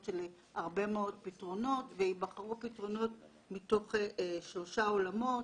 של הרבה מאוד פתרונות וייבחרו פתרונות מתוך שלושה עולמות.